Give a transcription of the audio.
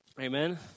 amen